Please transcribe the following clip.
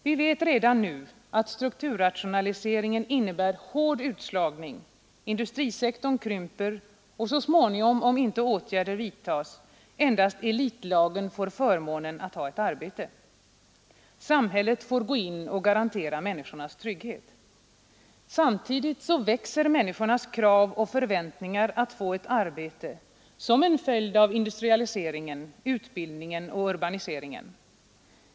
Vi vet redan nu att strukturrationaliseringen innebär hård utslagning, att industrisektorn krymper och att så småningom, om inte åtgärder vidtas, endast elitlagen får förmånen att ha ett arbete. Samhället får gå in och garantera människorna trygghet. Samtidigt växer människornas krav och förväntningar på att få ett arbete som en följd av industrialiseringen, utbildningen och urbaniseringen.